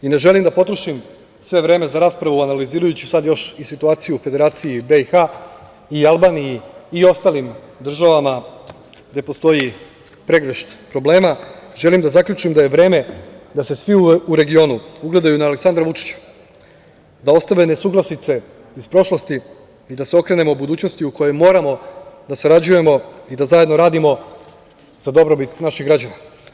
Ne želim da potrošim svo vreme za raspravu, analiziraću sad još i situaciju u Federaciji BiH, Albaniji i ostalim državama, gde postoji pregršt problema, želi da zaključim da je vreme da se svi u regionu ugledaju na Aleksandra Vučića, da ostave nesuglasice iz prošlosti, i da se okrenemo budućnosti u kojoj moramo da sarađujemo i da zajedno radimo za dobrobit naših građana.